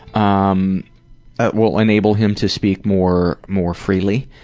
um will enable him to speak more more freely.